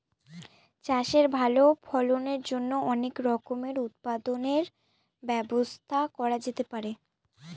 চাষের ভালো ফলনের জন্য অনেক রকমের উৎপাদনের ব্যবস্থা করা যেতে পারে